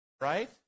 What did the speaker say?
right